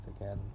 again